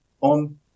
on